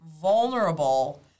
vulnerable